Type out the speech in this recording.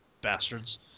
bastards